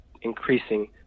increasing